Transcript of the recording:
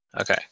Okay